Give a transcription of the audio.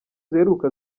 ziheruka